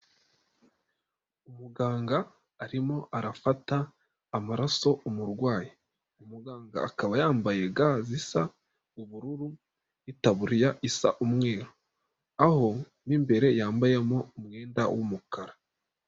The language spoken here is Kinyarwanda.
Umuganga arimo arafata amaraso umurwayi, umuganga akaba yambaye ga zisa ubururu n' itaburiya isa umweru, aho n'imbere yambayemo umwenda w'umukara.